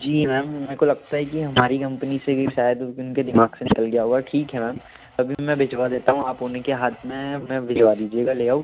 जी ma'am मेको लगता है कि हमारी कम्पनी से ही शायद उनके दिमाग से निकल गया होगा ठीक है मैम अभी मैं भिजवा देता हूँ आप उन्हीं के हाथ में में भिजवा दीजिएगा लेआउट